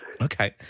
Okay